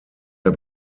der